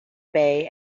bay